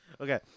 Okay